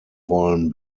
wollen